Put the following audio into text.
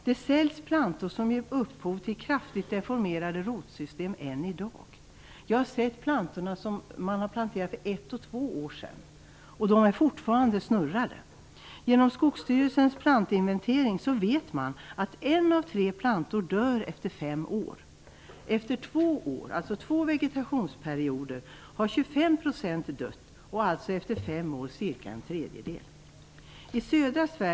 Det säljs än i dag plantor som ger upphov till kraftigt deformerade rotsystem. Jag har sett plantor som man planterade för ett och två år sedan, och de är fortfarande snurrade. Genom Skogsstyrelsens plantinventering vet man att en av tre plantor dör efter fem år. Efter två år, alltså två vegetationsperioder, har 25 % dött, och efter fem år alltså ca en tredjedel.